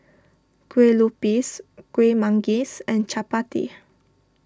Kueh Lupis Kueh Manggis and Chappati